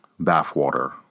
bathwater